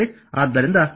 ಆದ್ದರಿಂದ 4